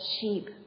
sheep